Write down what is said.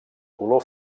color